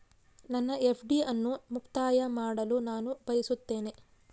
ನನ್ನ ಎಫ್.ಡಿ ಅನ್ನು ಮುಕ್ತಾಯ ಮಾಡಲು ನಾನು ಬಯಸುತ್ತೇನೆ